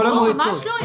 זה לא רק גדי ירקוני.